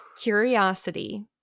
Curiosity